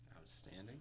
Outstanding